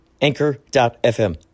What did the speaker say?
Anchor.fm